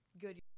good